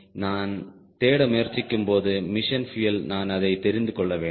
எனவே நான் தேட முயற்சிக்கும்போது மிஷன் பியூயல் நான் அதை தெரிந்து கொள்ள வேண்டும்